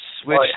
Switch